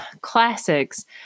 classics